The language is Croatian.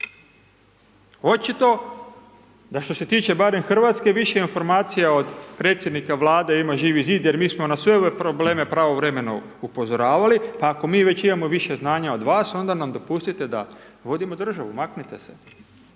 Očito da što se tiče barem Hrvatske, više informacija od predsjednika Vlade ima Živi zid, jer mi smo na sve ove probleme pravovremeno upozoravali, pa ako mi već imamo više znanja od vas, onda nam dopustite da vodimo državu, maknite se.